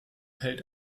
hält